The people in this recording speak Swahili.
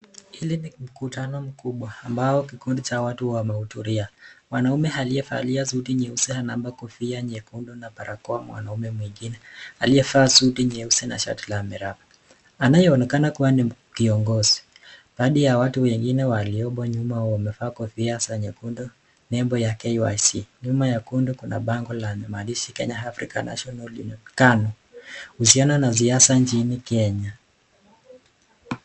Ili ni mkutano mkubwa ambao kikundi cha watu wamehuduria. Wanaume alivalia suti nyeusi na kofia nyeupe na ana barakoa mwanaume mwingine aliyevaa suti nyeusi na shati ya miraa anayeonekana kuwa ni kiongozi . Baadhi ya Watu wengene waliomo nyuma wamevaa kofia za nyekundu. Nebo ya ( kyc ) Nyuma Kuna bango la maandishi (Kenya African African Union) KANU . Kuhusiana na siasa nchini Kenya.